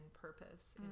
purpose